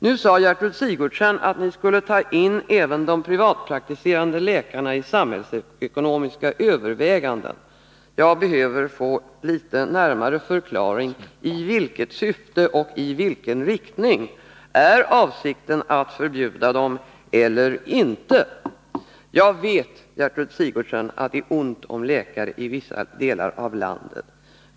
Nu sade Gertrud Sigurdsen att ni skulle ta in även de privatpraktiserande läkarna i de samhällsekonomiska övervägandena. Jag behöver få litet närmare förklaring: I vilket syfte och i vilken riktning? Är avsikten att förbjuda dem eller inte? Jag vet, Gertrud Sigurdsen, att det är ont om läkare i vissa delar av landet.